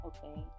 Okay